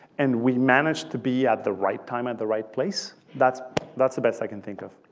and we managed to be at the right time at the right place. that's that's the best i can think of.